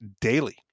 daily